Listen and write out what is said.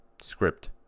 script